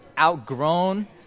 outgrown